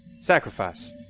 Sacrifice